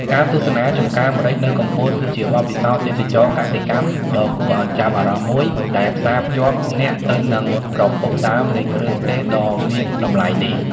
ការទស្សនាចម្ការម្រេចនៅកំពត គឺជាបទពិសោធន៍ទេសចរណ៍កសិកម្មដ៏គួរឱ្យចាប់អារម្មណ៍មួយ ដែលផ្សាភ្ជាប់អ្នកទៅនឹងប្រភពដើមនៃគ្រឿងទេសដ៏មានតម្លៃនេះ ។